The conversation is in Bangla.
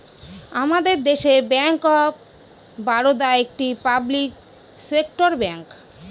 আমাদের দেশে ব্যাঙ্ক অফ বারোদা একটি পাবলিক সেক্টর ব্যাঙ্ক